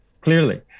clearly